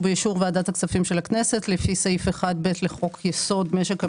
ובאישור ועדת הכספים של הכנסת לפי סעיף 1(ב) לחוק יסוד: משק המדינה,